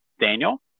Daniel